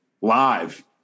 live